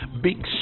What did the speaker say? big